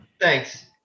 thanks